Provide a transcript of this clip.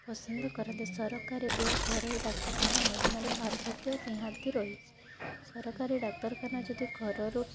ପସନ୍ଦ କରନ୍ତି ସରକାରୀ ଓ ଘରୋଇ ଡାକ୍ତରଖାନା ମଧ୍ୟରେ ପାର୍ଥକ୍ୟ ନିହାତି ରହିଛି ସରକାରୀ ଡାକ୍ତରଖାନା ଯଦି ଘରରୁ